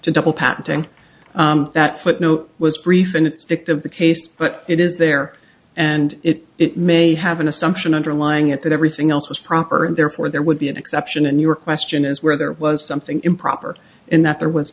to double patenting that footnote was brief in its dicked of the case but it is there and it may have an assumption underlying it that everything else was proper and therefore there would be an exception in your question as where there was something improper in that there was